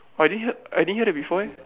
I didn't hear I didn't hear that before eh